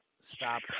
stop